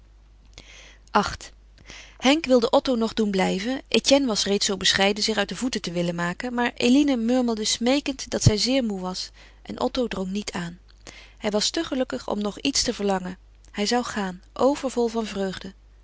viii henk wilde otto nog doen blijven etienne was reeds zoo bescheiden zich uit de voeten te willen maken maar eline murmelde smeekend dat zij zeer moê was en otto drong niet aan hij was te gelukkig om nog iets te verlangen hij zou gaan overvol van vreugde